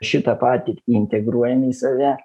šitą patirtį integruojam į save